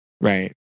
Right